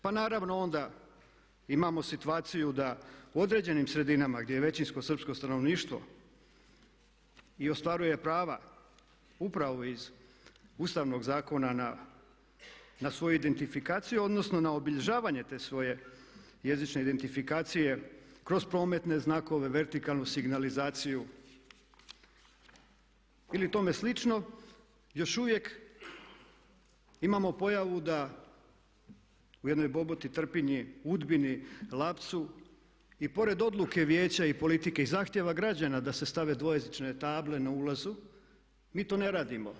Pa naravno onda imamo situaciju da u određenim sredinama gdje je većinsko srpsko stanovništvo i ostvaruje prava upravo iz Ustavnog zakona na svoju identifikaciju, odnosno na obilježavanje te svoje jezične identifikacije kroz prometne znakove, vertikalnu signalizaciju ili tome slično još uvijek imamo pojavu da u jednoj Boboti, Trpinji, Udbini, Lapcu i pored odluke Vijeća i politike i zahtjeva građana da se stave dvojezične table na ulazu mi to ne radimo.